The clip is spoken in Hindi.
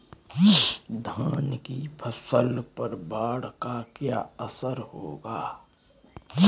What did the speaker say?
धान की फसल पर बाढ़ का क्या असर होगा?